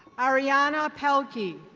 ariana pelke.